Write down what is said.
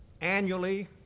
annually